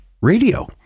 Radio